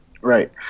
right